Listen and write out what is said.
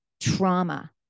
trauma